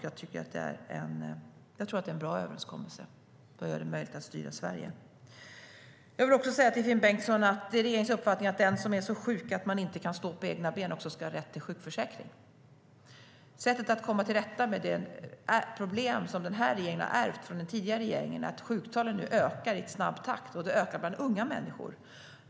Jag tror att det är en bra överenskommelse som gör det möjligt att styra Sverige.Jag vill också säga till Finn Bengtsson att det är regeringens uppfattning att den som är så sjuk att den inte kan stå på egna ben också ska ha rätt till sjukförsäkring. Sättet att komma till rätta med de problem som regeringen har ärvt från den tidigare regeringen är att sjuktalen nu ökar i snabb takt. De ökar bland unga människor.